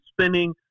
spinning